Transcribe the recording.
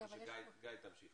גיא, תמשיך.